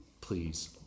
please